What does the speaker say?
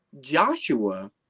Joshua